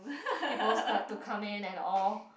people start to come in and all